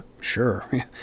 sure